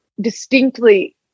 distinctly